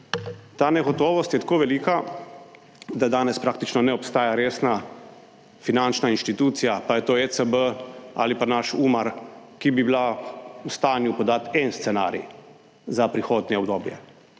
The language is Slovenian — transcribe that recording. Ta negotovost je tako velika, da danes praktično ne obstaja resna finančna institucija pa je to ECB ali pa naš Umar, ki bi bila v stanju podati en scenarij za prihodnje obdobje,